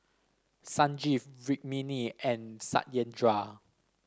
Sanjeev Rukmini and Satyendra